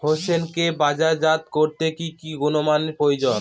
হোসেনকে বাজারজাত করতে কি কি গুণমানের প্রয়োজন?